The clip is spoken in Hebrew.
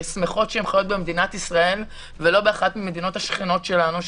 ושמחות שהן חיות במדינת ישראל ולא באחת המדינות השכנות שלנו,